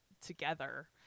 together